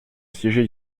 siéger